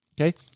Okay